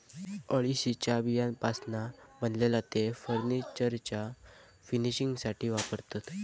अळशीच्या बियांपासना बनलेला तेल फर्नीचरच्या फर्निशिंगसाथी वापरतत